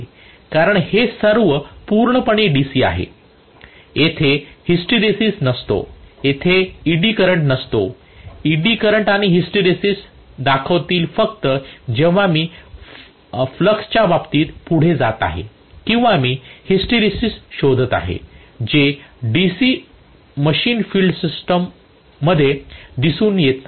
कारण हे सर्व पूर्णपणे DC आहे तेथे हिस्टरेसिस नसतो तेथे ईडी करंट नसतो ईडी करंट आणि हिस्टेरिसिस दाखवतील फक्त जेव्हा मी फ्लक्सच्या बाबतीत पुढे जात आहे किंवा मी हिस्टेरिसिस शोधत आहे जे DC मशीन्स फील्ड सिस्टम दिसून मध्ये कधीच होत नाही